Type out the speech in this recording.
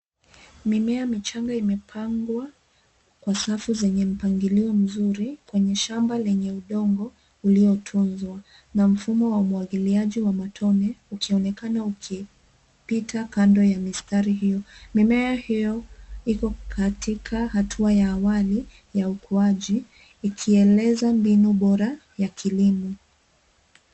Mimea michanga imepangwa kwa safu zenye mpangilio mzuri, kwenye shamba lenye udongo uliotunzwa, na mfumo wa umwangiliaji wa matone, ukionekana ukipita kando ya mistari hiyo, mimea hiyo, iko katika hatua ya awali ya ukuaji, ikieleza mbinu bora, ya kilimo.